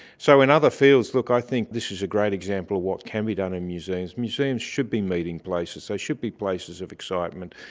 so in other fields, look, i think this is a great example of what can be done in museums. museums should be meeting places, they should be places of excitement.